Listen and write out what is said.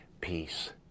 peace